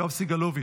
יואב סגלוביץ',